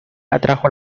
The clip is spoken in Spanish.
atrajo